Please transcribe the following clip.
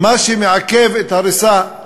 מה שמעכב את ההריסה,